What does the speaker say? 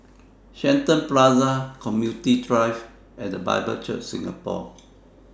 Shenton Plaza Computing Drive and The Bible Church Singapore